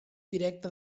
directe